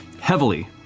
heavily